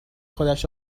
خودش